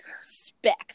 specs